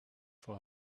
for